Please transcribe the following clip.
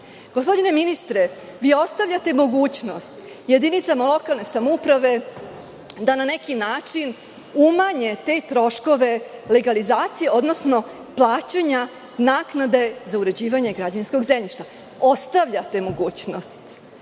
sprovede. Gospodine ministre, vi ostavljate mogućnost jedinicama lokalne samouprave da na neki način umanje te troškove legalizacije, odnosno plaćanja naknade za uređivanje građevinskog zemljišta. Ostavljate mogućnost,